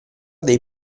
dei